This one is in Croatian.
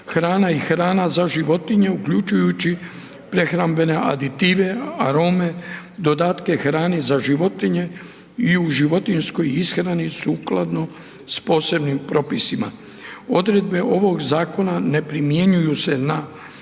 hrana i hrana za životinju, uključujući prehrambene aditive, arome, dodatke hrani za životinje i u životinjskoj ishrani sukladno s posebnim propisima. Odredbe ovog Zakona ne primjenjuju se na